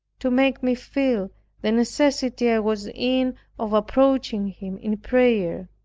to make me feel the necessity i was in of approaching him in prayer.